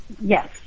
Yes